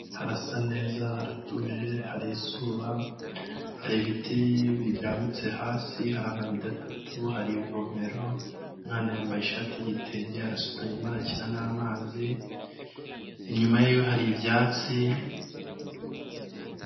Harasa neza haratuje, hari izuba, hari ibiti birambitse hasi, hari amabido atatu, hari ivomero, umwana yambaye ishati y'igitenge arasutamye arimo arakina n'amazi, inyuma yiwe hari ibyatsi.